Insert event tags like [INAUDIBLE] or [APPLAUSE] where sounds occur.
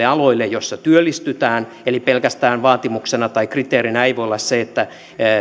[UNINTELLIGIBLE] aloille joilla työllistytään eli vaatimuksena tai kriteerinä ei voi olla pelkästään se